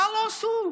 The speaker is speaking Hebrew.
מה לא עשו?